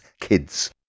Kids